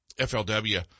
FLW